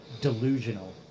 delusional